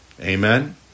Amen